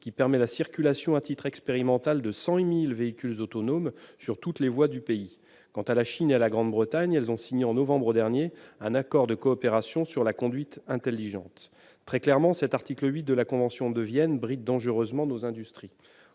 permettant la circulation, à titre expérimental, de 100 000 véhicules autonomes sur toutes les voies du pays. Quant à la Chine et au Royaume-Uni, ils ont signé en novembre dernier un accord de coopération sur la conduite intelligente. Très clairement, l'article 8 de la convention de Vienne bride dangereusement nos industries.